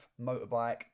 motorbike